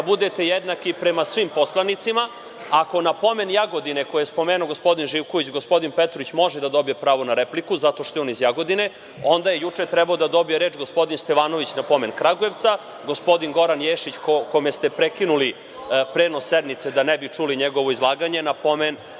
da budete jednaki prema svim poslanicima. Ako na pomen Jagodine, koju je spomenuo gospodin Živković, gospodin Petrović može da dobije pravo na repliku zato što je on iz Jagodine, onda je juče trebao da dobije reč gospodin Stevanović na pomen Kragujevca, gospodin Goran Ješić, kome ste prekinuli prenos sednice da ne bi čuli njegovo izlaganje, na pomen